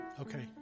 Okay